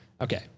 Okay